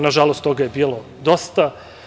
Nažalost, toga je bilo dosta.